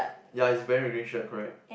ya he's wearing a green shirt correct